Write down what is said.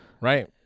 right